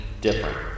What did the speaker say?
different